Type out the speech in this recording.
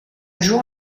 jour